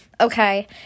Okay